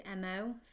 MO